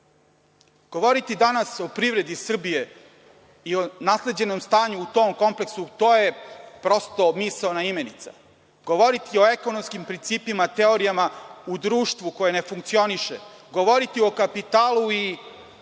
Srbiji. Govoriti danas o privredi Srbije i o nasleđenom stanju u tom kompleksu, to je prosto misaona imenica. Govoriti o ekonomskim principima, teorijama u društvu koje ne funkcioniše, govoriti o kapitalu i